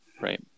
Right